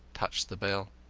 touched the bell.